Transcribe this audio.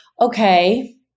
okay